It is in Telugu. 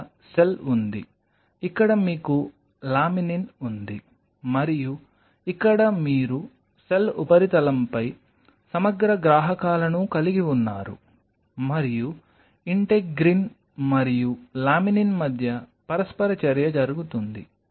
ఇక్కడ సెల్ ఉంది ఇక్కడ మీకు లామినిన్ ఉంది మరియు ఇక్కడ మీరు సెల్ ఉపరితలంపై సమగ్ర గ్రాహకాలను కలిగి ఉన్నారు మరియు ఇంటెగ్రిన్ మరియు లామినిన్ మధ్య పరస్పర చర్య జరుగుతుంది